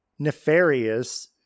nefarious